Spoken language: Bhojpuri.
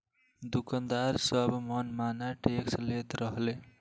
दुकानदार सब मन माना टैक्स लेत रहले